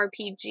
RPG